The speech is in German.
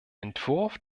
entwurf